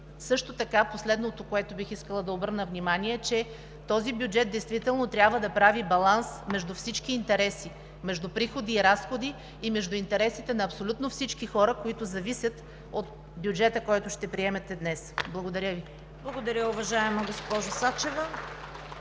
бюджет. Последното, на което бих искала да обърна внимание, е, че този бюджет действително трябва да прави баланс между всички интереси, между приходи и разходи и между интересите на абсолютно всички хора, които зависят от бюджета, който ще приемете днес. Благодаря Ви. (Ръкопляскания от ГЕРБ.)